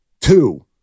two